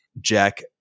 Jack